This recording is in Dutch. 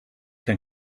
zijn